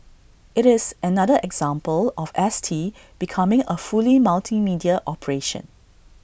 IT is another example of S T becoming A fully multimedia operation